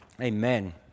Amen